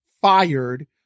fired